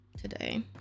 today